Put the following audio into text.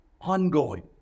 ongoing